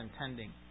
intending